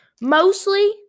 Mostly